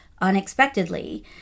unexpectedly